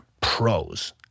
pros